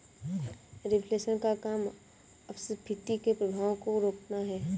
reflation का काम अपस्फीति के प्रभावों को रोकना है